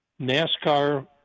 NASCAR